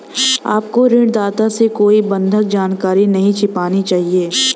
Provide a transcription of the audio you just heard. आपको ऋणदाता से कोई बंधक जानकारी नहीं छिपानी चाहिए